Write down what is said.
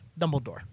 Dumbledore